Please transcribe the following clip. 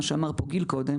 מה שאמר פה גיל קודם